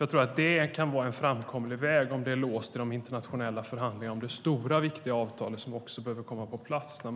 Jag tror att det kan vara en framkomlig väg om det är låst i de internationella förhandlingarna om de stora och viktiga avtal som behöver komma på plats när